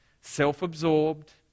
self-absorbed